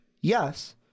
Yes